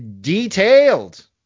detailed